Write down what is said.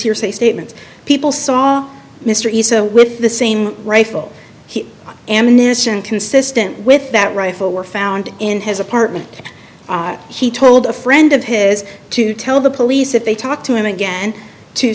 hearsay statements people saw mr isa with the same rifle he ammunition consistent with that rifle were found in his apartment he told a friend of his to tell the police if they talked to him again to